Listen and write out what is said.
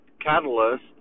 catalyst